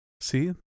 See